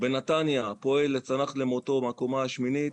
בנתניה פועל צנח למותו מהקומה השמינית,